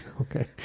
Okay